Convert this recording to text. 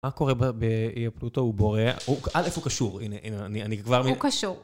מה קורה באיה פלוטו? הוא בורח... איפה הוא קשור? הנה, אני כבר... הוא קשור.